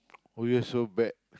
oh you are so bad